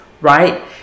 right